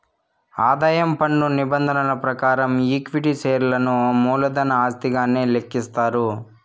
ఆదాయం పన్ను నిబంధనల ప్రకారం ఈక్విటీ షేర్లను మూలధన ఆస్తిగానే లెక్కిస్తారు